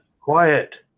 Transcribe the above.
quiet